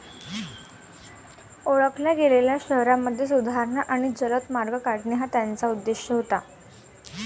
ओळखल्या गेलेल्या शहरांमध्ये सुधारणा आणि जलद मार्ग काढणे हा त्याचा उद्देश होता